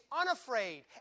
unafraid